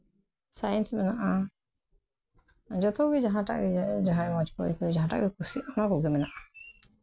science ᱢᱮᱱᱟᱜᱼᱟ ᱡᱚᱛᱚ ᱜᱮ ᱡᱟᱦᱟᱸᱴᱟᱜ ᱜᱮ ᱡᱟᱦᱟᱸᱭ ᱢᱚᱡᱽ ᱠᱚ ᱟᱹᱭᱠᱟᱹᱣ ᱡᱟᱦᱟᱸᱴᱟᱜ ᱜᱮᱠᱚ ᱠᱩᱥᱤᱜ ᱚᱱᱟ ᱠᱚᱜᱮ ᱢᱮᱱᱟᱜᱼᱟ